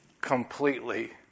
completely